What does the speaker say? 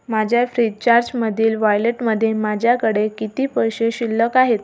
माझ्या फ्रीचार्जमधील वॉयलेटमध्ये माझ्याकडे किती पैसे शिल्लक आहेत